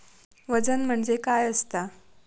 वजन म्हणजे काय असता?